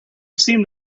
seemed